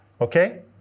Okay